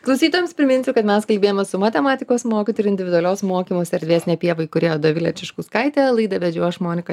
klausytojams priminsiu kad mes kalbėjomės su matematikos mokytoju ir individualios mokymosi erdvės ne pieva įkūrėja dovile čičkauskaite laidą vedžiau aš monika